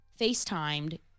FaceTimed